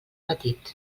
petit